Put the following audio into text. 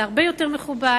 זה הרבה יותר מכובד,